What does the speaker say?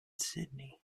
sydney